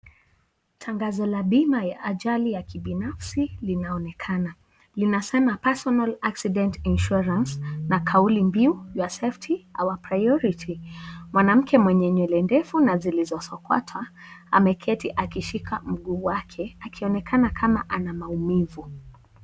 Tangazo la bima ya ajali la kibinafsi linaonekana, linasema personal accident insurance na kauli mbiu your safety, our priority mwanamke mwenye nywele ndefu na zilizosokota ameketi akishika mguu wake akionekana kama ana maumivu.